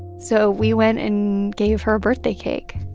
so we went and gave her a birthday cake.